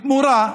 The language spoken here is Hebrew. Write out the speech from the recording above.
בתמורה,